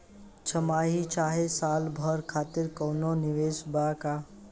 छमाही चाहे साल भर खातिर कौनों निवेश बा का?